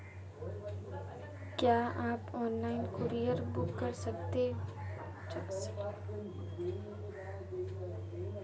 क्या मैं online courier book कर सकता हूँ?